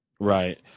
Right